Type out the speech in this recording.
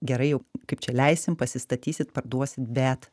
gerai jau kaip čia leisim pasistatysit parduosit bet